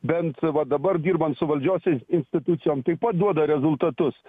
bent va dabar dirbant su valdžios institucijom taip pat duoda rezultatus